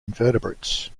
invertebrates